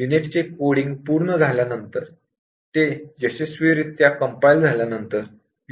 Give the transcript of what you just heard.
unit चे coding पूर्ण झाल्यानंतर आणि ते यशस्वीरित्या कंपाईल झाल्यानंतर